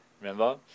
Remember